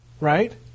Right